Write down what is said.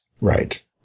Right